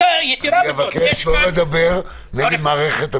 אני מבקש לא לדבר נגד מערכת המשפט...